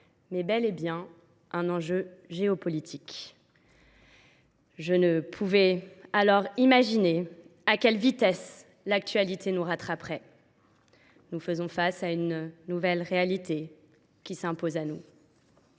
désormais bel et bien d’un enjeu géopolitique. Je ne pouvais imaginer à quelle vitesse l’actualité nous rattraperait. Nous faisons face à une nouvelle réalité, qui s’impose à nous.